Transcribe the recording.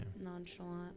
nonchalant